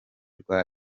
rwa